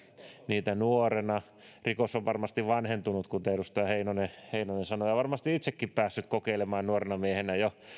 niitä nuorena rikos on varmasti vanhentunut kuten edustaja heinonen heinonen sanoi ja on varmasti itsekin päässyt kokeilemaan jo nuorena miehenä